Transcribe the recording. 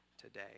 today